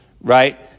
Right